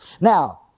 Now